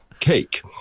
cake